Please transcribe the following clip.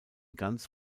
ganz